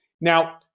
Now